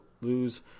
lose